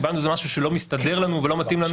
קיבלנו איזה משהו שלא מסתדר לנו ולא מתאים לנו,